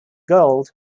gold